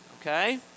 okay